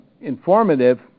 informative